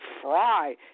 Fry